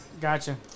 gotcha